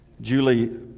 Julie